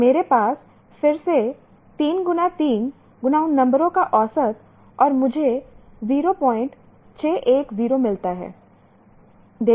तो मेरे पास फिर से 3 गुणा 3 गुणा उन नंबरों का औसत और मुझे 0610 मिलता है